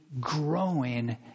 growing